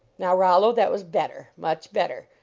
now, rollo, that was better much better.